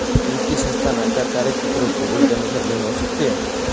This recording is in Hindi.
वित्तीय संस्थान आकार, कार्यक्षेत्र और भूगोल के अनुसार भिन्न हो सकते हैं